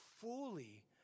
fully